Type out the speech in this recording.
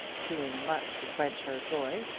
doing much to quench her joy